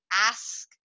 ask